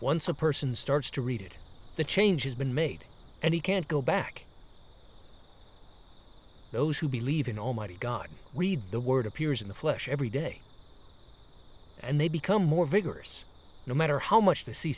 once a person starts to read it the change has been made and he can't go back those who believe in almighty god read the word appears in the flesh every day and they become more vigorous no matter how much the c